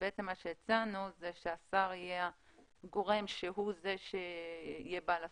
בעצם מה שהצענו זה שהשר יהיה הגורם שהוא זה שיהיה בעל הסמכות,